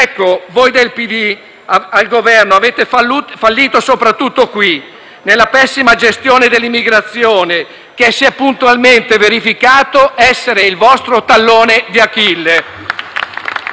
Ecco, voi del PD al Governo avete fallito soprattutto qui, nella pessima gestione dell'immigrazione, che si è puntualmente verificata essere il vostro tallone di Achille.